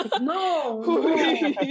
No